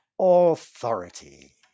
authority